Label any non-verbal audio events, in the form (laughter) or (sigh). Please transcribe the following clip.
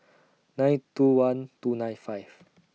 (noise) nine two one two nine five